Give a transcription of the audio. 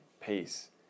peace